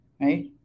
right